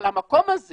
אבל המקום הזה